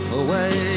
away